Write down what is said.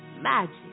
magic